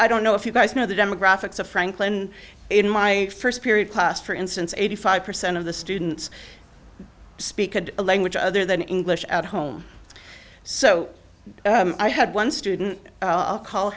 i don't know if you guys know the demographics of franklin in my first period class for instance eighty five percent of the students speak a language other than english at home so i had one student i'll call